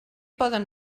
poden